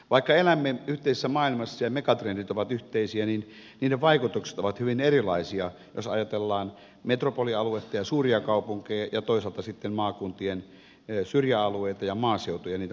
vaikka elämme yhteisessä maailmassa ja megatrendit ovat yhteisiä niin niiden vaikutukset ovat hyvin erilaisia jos ajatellaan metropolialuetta ja suuria kaupunkeja ja toisaalta sitten maakuntien syrjäalueita ja maaseutuja ja niiden mahdollisuuksia